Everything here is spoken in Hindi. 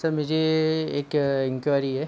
सर मुझे एक इंक्वायरी है